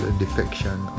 defection